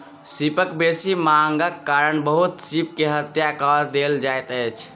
सीपक बेसी मांगक कारण बहुत सीप के हत्या कय देल जाइत अछि